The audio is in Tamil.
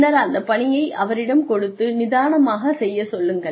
பின்னர் அந்த பணியை அவரிடம் கொடுத்து நிதானமாகச் செய்யச் சொல்லுங்கள்